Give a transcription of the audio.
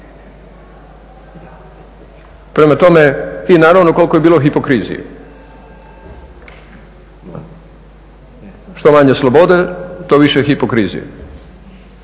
je slobode i naravno koliko je bilo hipokrizije. Što manje slobode, to više hipokrizije.